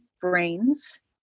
brains